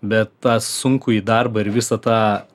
bet tą sunkųjį darbą ir visą tą